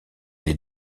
les